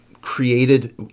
created